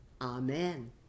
Amen